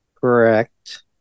Correct